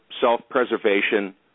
self-preservation